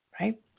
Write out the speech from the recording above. right